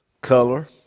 color